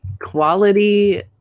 Quality